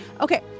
Okay